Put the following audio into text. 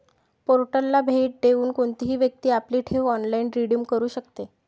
पोर्टलला भेट देऊन कोणतीही व्यक्ती आपली ठेव ऑनलाइन रिडीम करू शकते